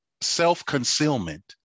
self-concealment